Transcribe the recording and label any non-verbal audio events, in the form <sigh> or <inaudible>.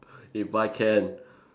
if I can <breath>